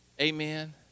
amen